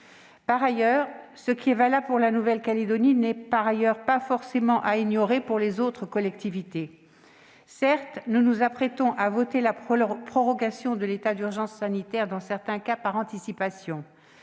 Par ailleurs, ce qui est valable pour la Nouvelle-Calédonie peut aussi l'être pour les autres collectivités. Certes, nous nous apprêtons à voter la prorogation de l'état d'urgence sanitaire, dans certains cas par anticipation,